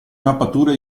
mappature